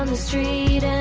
um street and